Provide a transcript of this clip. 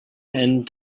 and